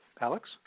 Alex